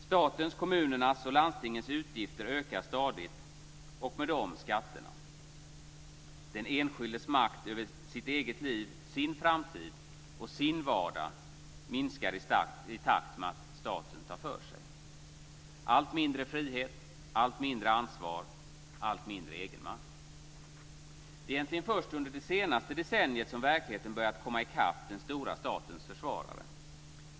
Statens, kommunernas och landstingens utgifter ökar stadigt, och med dem skatterna. Den enskildes makt över sitt eget liv, sin framtid och sin vardag minskar i takt med att staten tar för sig. Det blir allt mindre frihet, allt mindre ansvar och allt mindre egen makt. Det är egentligen först under det senaste decenniet som verkligheten har börjat komma i kapp den stora statens försvarare.